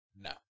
No